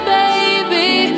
baby